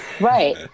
right